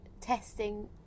testing